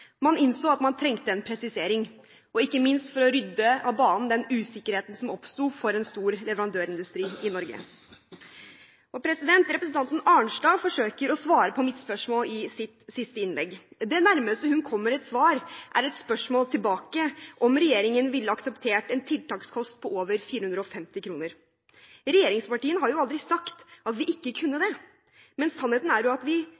Man innså at man trengte en presisering, ikke minst for å rydde av banen den usikkerheten som oppsto for en stor leverandørindustri i Norge. Representanten Arnstad forsøker å svare på mitt spørsmål i sitt siste innlegg. Det nærmeste hun kommer et svar, er et spørsmål tilbake om regjeringen ville ha akseptert en tiltakskostnad på over 450 kr. Vi i regjeringspartiene har aldri sagt at vi ikke kunne det, men sannheten er at vi